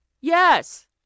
yes